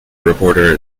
reporter